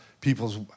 people's